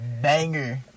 Banger